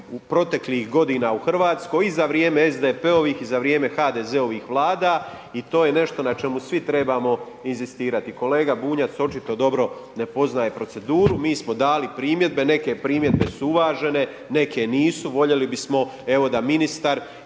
proteklih godina u Hrvatskoj. I za vrijeme SDP-ovih i za vrijeme HDZ-ovih vlada i to je nešto na čemu svim trebamo inzistirati. Kolega Bunjac, očito dobro ne poznaje proceduru. Mi smo dali primjedbe, neke primjedbe su uvažene, neke nisu, voljeli bismo evo da ministar